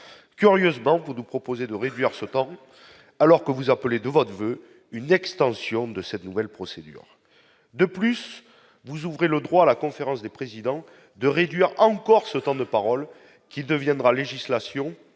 curieusement, vous nous proposez de réduire ce temps alors que vous appelez de votre voeu une extension de cette nouvelle procédure de plus douze ouvraient le droit à la conférence des présidents de réduire encore ce temps de parole qui deviendra législation